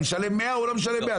אני משלם 100 או לא משלם 100?